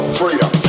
freedom